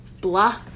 blah